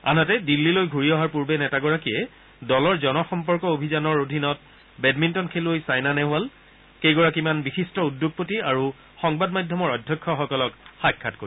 আনহাতে দিল্লীলৈ ঘূৰি অহাৰ পূৰ্বে নেতাগৰাকীয়ে দলৰ জন সম্পৰ্ক অভিযানৰ অধীনত বেডমিণ্টন খেলুবৈ ছাইনা নেহৱাল কেইগৰাকীমান বিশিষ্ট উদ্যোগপতি আৰু সংবাদ মাধ্যমৰ অধ্যক্ষসকলক সাক্ষাৎ কৰিব